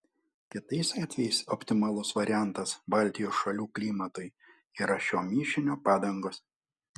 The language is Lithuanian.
kitais atvejais optimalus variantas baltijos šalių klimatui yra šio mišinio padangos